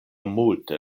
multe